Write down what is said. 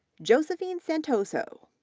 josephine santoso,